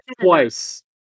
twice